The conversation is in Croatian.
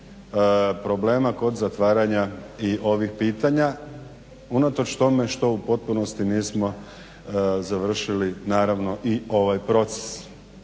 problema kod zatvaranja i ovih pitanja unatoč tome što u potpunosti nismo završili naravno i ovaj proces.